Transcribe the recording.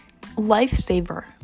lifesaver